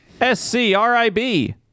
S-C-R-I-B